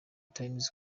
times